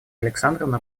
александровна